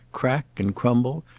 crack and crumble,